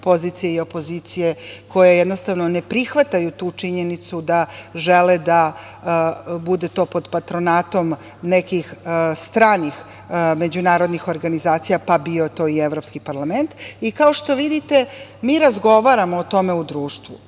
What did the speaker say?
pozicije i opozicije, koji jednostavno ne prihvataju tu činjenicu da žele da bude to pod patronatom nekih stranih međunarodnih organizacija, pa bio to i Evropski parlament. Kao što vidite, mi razgovaramo o tome u društvu.